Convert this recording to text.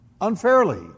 unfairly